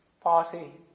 party